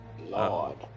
Lord